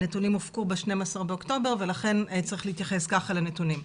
הנתונים הופקו ב-12 באוקטובר ולכן צריך להתייחס כך לנתונים.